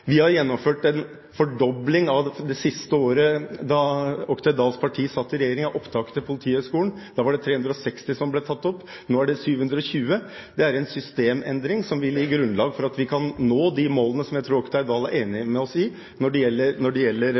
Vi har gjennomført en fordobling fra det siste året Oktay Dahls parti satt i regjering når det gjelder opptak til Politihøgskolen. Da var det 360 som ble tatt opp, nå er det 720. Det er en systemendring som vil gi grunnlag for at vi kan nå de målene som jeg tror Oktay Dahl er enig med oss i når det gjelder Politihøgskolen. Det er gjort systemendringer når det gjelder